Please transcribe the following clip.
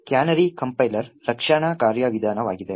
canary compiler ರಕ್ಷಣಾ ಕಾರ್ಯವಿಧಾನವಾಗಿದೆ